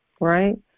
right